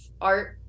art